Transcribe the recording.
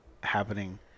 happening